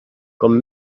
com